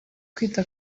kwita